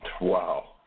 Wow